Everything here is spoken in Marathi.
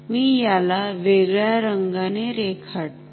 मी याला वेगळ्या रंगाने रेखाटतो